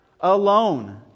alone